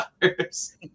dollars